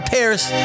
Paris